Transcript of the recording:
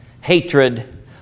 hatred